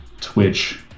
Twitch